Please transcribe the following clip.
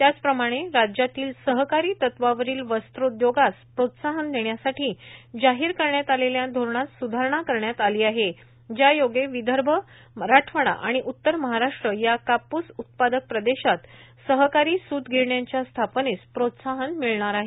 त्याप्रमाणे राज्यातील सहकारी तत्वावरील वस्त्रोद्योगास प्रोत्साहन देण्यासाठी जाहीर करण्यात आलेल्या धोरणात स्धारणा करण्यात आली आहे ज्यायोगे विदर्भ मराठवाडा आणि महाराष्ट्र या कापूस उत्पादक प्रदेशात सहकारी सुत गिरण्यांच्या स्थापनेस प्रोत्साहन मिळणार आहे